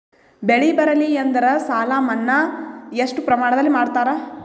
ಬೆಳಿ ಬರಲ್ಲಿ ಎಂದರ ಸಾಲ ಮನ್ನಾ ಎಷ್ಟು ಪ್ರಮಾಣದಲ್ಲಿ ಮಾಡತಾರ?